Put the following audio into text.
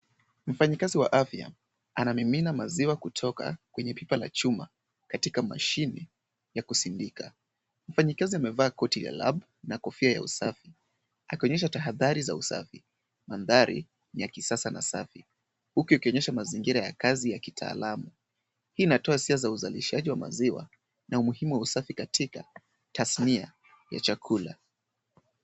Mfanyikazi wa afya, anamimina maziwa kutoka kwenye pipa la chuma, katika mashini ya kusindika. Mfanyakazi amevaa koti la lab na kofia ya usafi. Akionyesha tahadhari za usafi. Mandhari, ni ya kisasa na safi. Huku ikionyesha mazingira ya kazi ya kitaalamu. Hii inatoa hisia za uzalishaji wa maziwa na umuhimu wa usafi katika tasnia ya chakula.